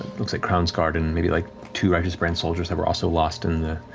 looks like crownsguard and maybe like two righteous brand soldiers that were also lost in the